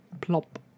Plop